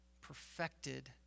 perfected